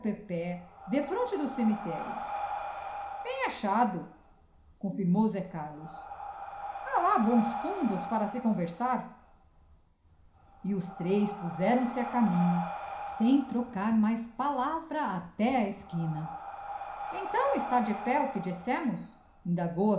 pepé defronte do cemitério bem achado confirmou zé carlos há lá bons fundos para se conversar e os três puseram-se a caminho sem trocar mais palavras até à esquina então está de pé o que dissemos